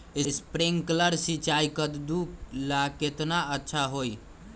Sprinkler सिंचाई कददु ला केतना अच्छा होई?